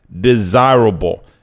desirable